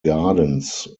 gardens